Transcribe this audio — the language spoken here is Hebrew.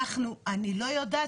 אני לא יודעת.